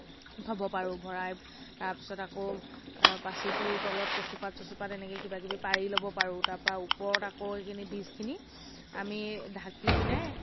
থ'ব পাৰোঁ ভৰাই তাৰপিছত আকৌ পাঁচিটোৰ তলত কচুপাত চচুপাত এনেকে কিবা কিবি পাৰি ল'ব পাৰোঁ তাৰপা ওপৰত আকৌ এইখিনি বীজখিনি আমি ঢাকি পিনে